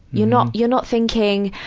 you're not, you're not thinking,